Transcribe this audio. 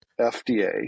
FDA